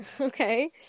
Okay